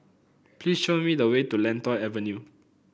please show me the way to Lentor Avenue